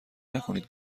نکنید